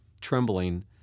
trembling